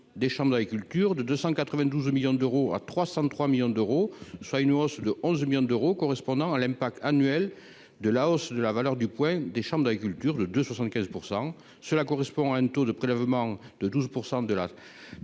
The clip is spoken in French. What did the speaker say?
des chambres d'agriculture, de 292 millions d'euros à 303 millions d'euros, soit une hausse de 11 millions d'euros correspondant à l'impact annuel de la hausse de la valeur du point des chambres d'agriculture de de 75 %, cela correspond à un taux de prélèvement de 12 % de la